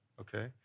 okay